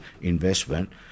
investment